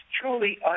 truly